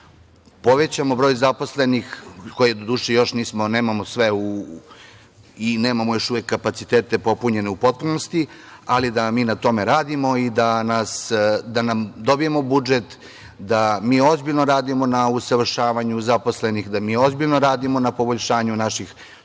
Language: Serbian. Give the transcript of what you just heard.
da povećamo broj zaposlenih, koje doduše još nismo jer nemamo u potpunosti popunjene kapacitete, ali da mi na tome radimo i da dobijemo budžet, da mi ozbiljno radimo na usavršavanju zaposlenih, da mi ozbiljno radimo na poboljšanju naših